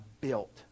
built